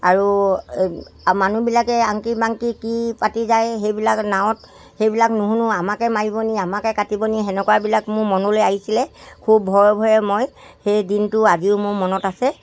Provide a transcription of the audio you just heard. আৰু মানুহবিলাকে আংকি মাংকি কি পাতি যায় সেইবিলাক নাৱত সেইবিলাক নুশুনো আমাকে মাৰিব নেকি আমাকে কাটিব নেকি সেনেকুৱাবিলাক মোৰ মনলৈ আহিছিলে খুব ভয়ে ভয়ে মই সেই দিনটো আজিও মোৰ মনত আছে